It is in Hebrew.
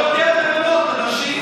למנות אנשים.